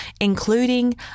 including